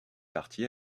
parti